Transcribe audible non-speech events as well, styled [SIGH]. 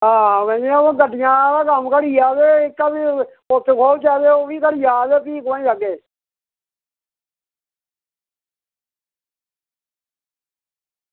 हां इ'यां ओह् गड्डिया आह्ला कम्म घटी गेआ ते एह्का बी [UNINTELLIGIBLE] ते ओह् बी घटी जा ते फ्ही कतांह् जाह्गे